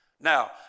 Now